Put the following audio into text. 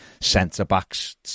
centre-backs